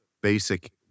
basic